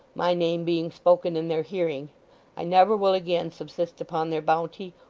my name being spoken in their hearing i never will again subsist upon their bounty,